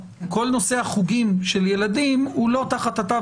כל נושא החוגים של ילדים הוא לא תחת התו